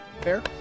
fair